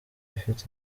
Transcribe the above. ifite